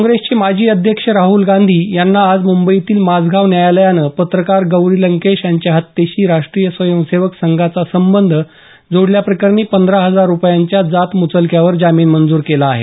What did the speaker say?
काँग्रेसचे माजी अध्यक्ष राहुल गांधी यांना आज मुंबईतील माझगाव न्यायालयानं पत्रकार गौरी लंकेश यांच्या हत्येशी राष्ट्रीय स्वयंसेवक संघाचा संबंध जोडल्याप्रकरणी पंधरा हजार रुपयांच्या जातम्चलक्यावर जामीन मंजूर केला आहे